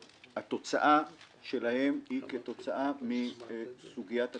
שהתוצאה שלהם היא כתוצאה מסוגיית הפיגומים.